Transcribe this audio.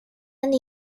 and